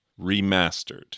Remastered